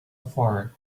far